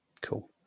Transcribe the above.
cool